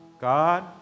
God